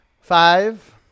Five